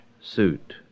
suit